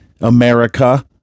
America